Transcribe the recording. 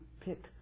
pick